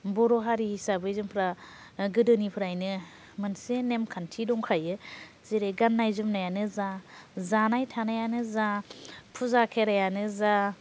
बर' हारि हिसाबै जों गोदोनिफ्रायनो मोनसे नेम खान्थि दंखायो जेरै गाननाय जोमनायानो जा जानाय थानायानो जा फुजा खेराइयानो जा